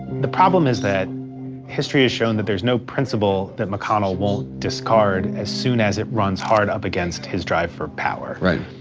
the problem is that history has shown there's no principle that mcconnell will discard as soon as it runs hard up against his drive for power. right.